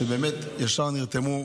הם ישר נרתמו.